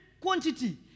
quantity